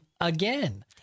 again